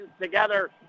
together